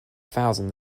thousand